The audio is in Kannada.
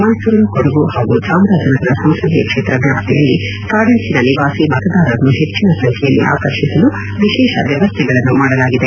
ಮೈಸೂರು ಕೊಡಗು ಹಾಗೂ ಚಾಮರಾಜನಗರ ಸಂಸದೀಯ ಕ್ಷೇತ್ರ ವ್ಯಾಪ್ತಿಯಲ್ಲಿ ಕಾಡಂಚಿನ ನಿವಾಸಿ ಮತದಾರರನ್ನು ಹೆಚ್ಚಿನ ಸಂಖ್ಯೆಯಲ್ಲಿ ಆಕರ್ಷಿಸಲು ವಿಶೇಷ ವ್ಯವಸ್ಥೆಗಳನ್ನು ಮಾಡಲಾಗಿದೆ